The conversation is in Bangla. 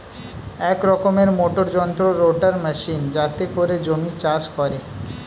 এক রকমের মোটর যন্ত্র রোটার মেশিন যাতে করে জমি চাষ করে